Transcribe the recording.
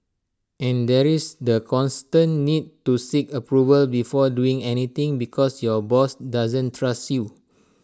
and there is the constant need to seek approval before doing anything because your boss doesn't trust you